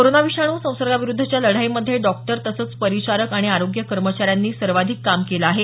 corona विषाणू संसर्गाविरुद्धच्या लढाईमध्ये डॉक्टर तसंच परिचारक आणि आरोग्य कर्मचाऱ्यांनी सर्वाधिक काम केलं आहे